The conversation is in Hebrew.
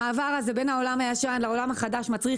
המעבר הזה בין העולם הישן לעולם החדש מצריך